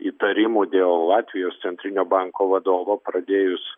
įtarimų dėl latvijos centrinio banko vadovo pradėjus